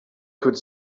could